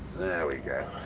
there we go.